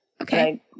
Okay